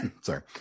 sorry